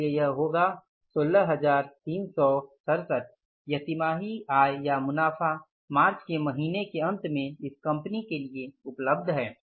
इसलिए यह होगा १६३६७ यह तिमाही आय या मुनाफा मार्च महीने के अंत में इस कंपनी के लिए उपलब्ध है